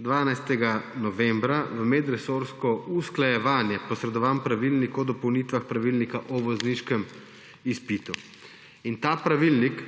12. novembra, v medresorsko usklajevanje posredovan pravilnik o dopolnitvah Pravilnika o vozniškem izpitu. Pravilnik